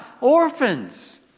orphans